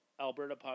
Alberta